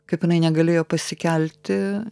kaip jinai negalėjo pasikelti